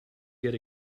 get